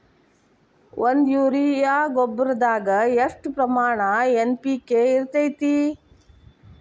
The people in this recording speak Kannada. ಒಂದು ಯೂರಿಯಾ ಗೊಬ್ಬರದಾಗ್ ಎಷ್ಟ ಪ್ರಮಾಣ ಎನ್.ಪಿ.ಕೆ ಇರತೇತಿ?